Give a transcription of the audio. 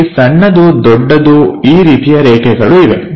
ಅಲ್ಲಿ ಸಣ್ಣದು ದೊಡ್ಡದು ಈ ರೀತಿಯ ರೇಖೆಗಳು ಇವೆ